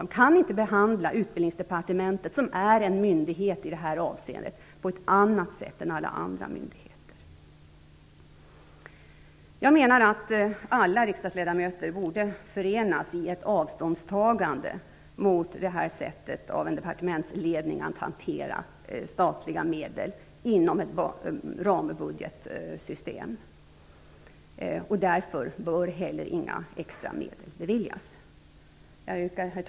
Man kan inte behandla Utbildningsdepartementet, som är en myndighet i detta avseende, på annat sätt än alla andra myndigheter. Alla riksdagsledamöter borde förenas i ett avståndstagande mot att en departementsledning hanterar statliga medel på det här sättet inom ett rambudgetsystem. Därför bör inga extra medel beviljas. Herr talman!